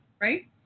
right